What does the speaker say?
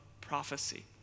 prophecy